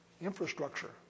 infrastructure